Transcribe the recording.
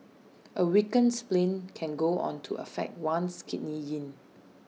A weakened spleen can go on to affect one's Kidney Yin